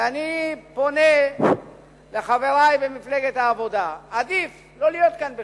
אני פונה לחברי במפלגת העבודה: עדיף לא להיות כאן בכלל,